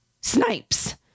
Snipes